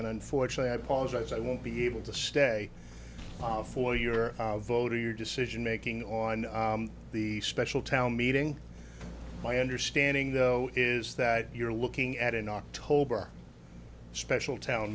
and unfortunately i apologize i won't be able to stay on for your vote or your decision making on the special town meeting my understanding though is that you're looking at an october special town